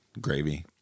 gravy